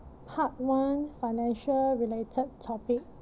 part one financial related topic